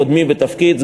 קודמי בתפקיד,